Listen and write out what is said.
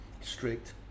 strict